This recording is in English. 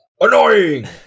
Annoying